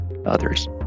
others